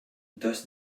does